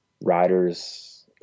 riders